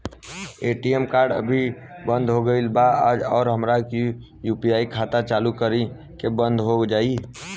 ATM card अभी बंद हो गईल आज और हमार यू.पी.आई खाता चालू रही की बन्द हो जाई?